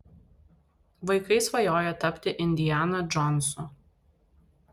vaikai svajoja tapti indiana džonsu